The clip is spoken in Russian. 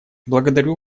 благодарю